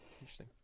interesting